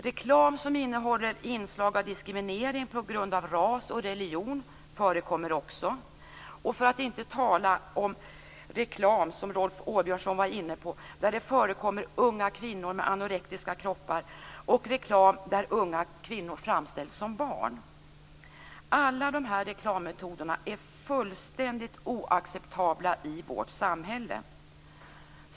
Reklam som innehåller inslag av diskriminering på grund av ras och religion förekommer också, för att inte tala om reklam, som Rolf Åbjörnsson var inne på, där det förekommer unga kvinnor med anorektiska kroppar och reklam där unga kvinnor framställs som barn. Alla dessa reklammetoder är fullständigt oacceptabla i vårt samhälle.